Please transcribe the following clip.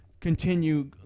continue